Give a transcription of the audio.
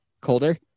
Colder